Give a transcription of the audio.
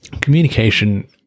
communication